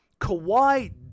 Kawhi